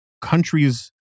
countries